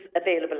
available